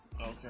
Okay